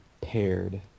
paired